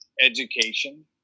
education